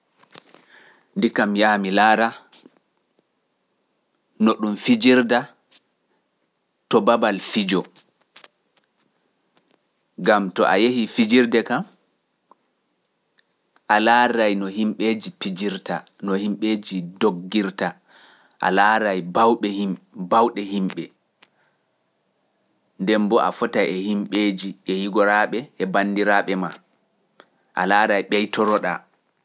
Ndi kam yaa mi laara no ɗum fijirda to babal fijo, gam to a yehi fijirde kam, alaaray no himɓeeji fijirta, no himɓeeji doggirta, alaaray bawɗe himɓe, nden boo a fota e himɓeeji e higoraaɓe e banndiraaɓe maa, a laada ɓeytoro ɗaa.